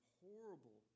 horrible